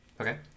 Okay